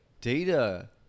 data